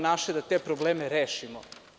Naše je da te probleme rešimo.